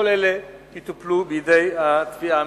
כל אלה יטופלו בידי התביעה המשטרתית.